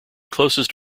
closest